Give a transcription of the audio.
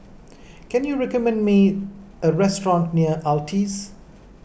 can you recommend me a restaurant near Altez